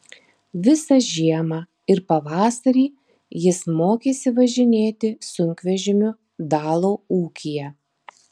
visą žiemą ir pavasarį jis mokėsi važinėti sunkvežimiu dalo ūkyje